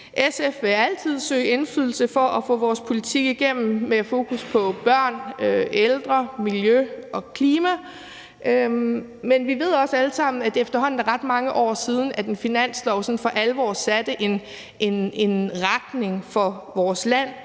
SF vil altid søge indflydelse for at få vores politik igennem med fokus på børn, ældre, miljø og klima, men vi ved også alle sammen, at det efterhånden er ret mange år siden, at en finanslov sådan for alvor satte en retning for vores land.